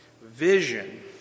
vision